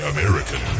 American